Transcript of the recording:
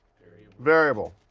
variable.